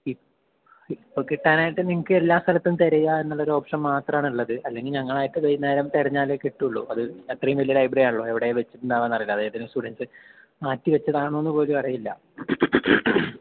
ഇപ്പോ കിട്ടാനായിട്ട് നിങ്ങൾക്കെല്ലാ സ്ഥലത്തും തിരയുകയെന്നുള്ളൊരു ഓപ്ഷൻ മാത്രമാണ് ഉള്ളത് അല്ലെങ്കിൽ ഞങ്ങളൊക്കെ വൈകുന്നേരം തിരഞ്ഞാലേ കിട്ടുകയുള്ളൂ അത് അത്രയും വലിയ ലൈബ്രറി ആണല്ലോ എവിടെയാ വെച്ചിട്ടുണ്ടാവുക എന്നറിയില്ല അതേതെങ്കിലും സ്റ്റുഡൻറ്സ് മാറ്റി വെച്ചതാണോന്ന് പോലുമറിയില്ല